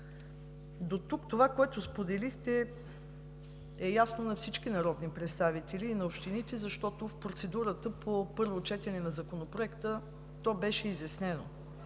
Дотук това, което споделихте, е ясно на всички народни представители и на общините, защото в процедурата по първо четене на Законопроекта то беше изяснено.